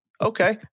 Okay